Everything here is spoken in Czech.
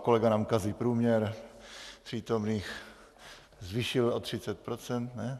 Kolega nám kazí průměr přítomných, zvýšil o 30 %, ne?